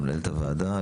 למנהלת הוועדה,